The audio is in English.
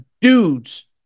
dudes